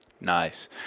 Nice